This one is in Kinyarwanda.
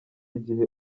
igihe